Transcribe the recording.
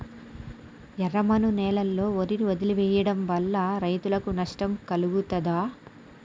ఎర్రమన్ను నేలలో వరి వదిలివేయడం వల్ల రైతులకు నష్టం కలుగుతదా?